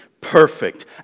perfect